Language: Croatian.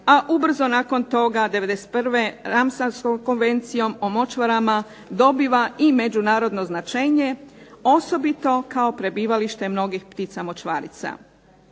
a ubrzo nakon toga '91. Ramsarskom konvencijom o močvarama dobiva i međunarodno značenje osobito kao prebivalište mnogih ptica močvarica.